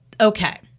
Okay